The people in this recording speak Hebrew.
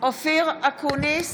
אופיר אקוניס,